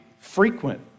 frequent